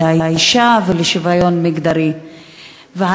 האישה ולשוויון מגדרי דיון על הפנים המגדריות של העוני,